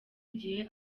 igihe